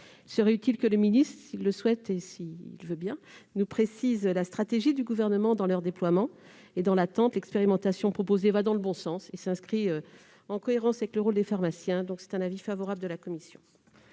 Il serait utile que le secrétaire d'État, s'il le veut bien, nous précise la stratégie du Gouvernement dans leur déploiement. Dans l'attente, l'expérimentation proposée va dans le bon sens et s'inscrit en cohérence avec le rôle des pharmaciens. C'est un avis favorable de la commission.